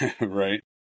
Right